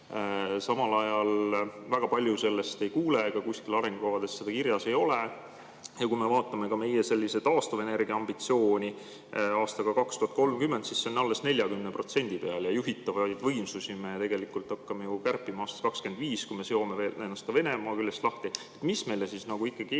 Samal ajal väga palju sellest ei kuule ja ega arengukavades seda kirjas ei ole. Ja kui me vaatame meie taastuvenergia ambitsiooni aastaks 2030, siis see on alles 40% peal, ent juhitavaid võimsusi me hakkame kärpima aastast 2025, kui me seome ennast ka Venemaa küljest lahti. Mis meil ikkagi